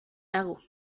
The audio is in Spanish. lago